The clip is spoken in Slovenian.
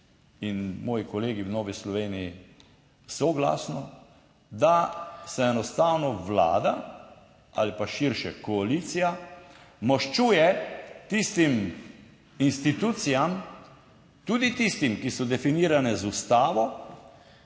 in moji kolegi v Novi Sloveniji soglasno, da se enostavno Vlada ali pa širša koalicija maščuje tistim institucijam, tudi tistim, ki so definirane z Ustavo,